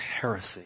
heresy